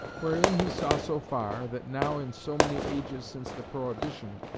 wherein he saw so far, that now in so many ages since the prohibition,